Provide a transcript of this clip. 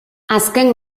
azken